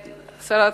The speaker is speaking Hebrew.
השרה,